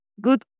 good